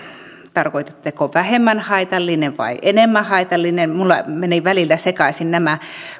tarkoititteko vähemmän haitallinen vai enemmän haitallinen minulla menivät välillä sekaisin nämä